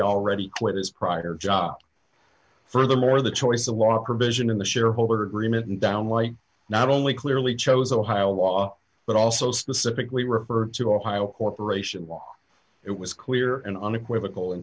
already quit his prior job furthermore the choice of law provision in the shareholder agreement and down like not only clearly chose ohio law but also specifically refer to ohio corporation law it was clear and unequivocal